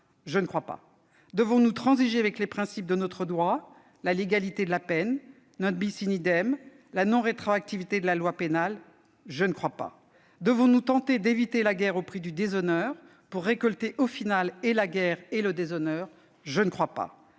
Je ne crois pas. Devons-nous transiger avec les principes de notre droit, avec la légalité de la peine, avec le principe, avec la non-rétroactivité de la loi pénale ? Je ne crois pas. Devons-nous tenter d'éviter la guerre au prix du déshonneur pour récolter, au final, et la guerre et le déshonneur ? Je ne crois pas.